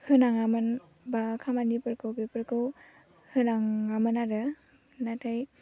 होनाङामोन बा खामानिफोरखौ बेफोरखौ होनाङामोन आरो नाथाय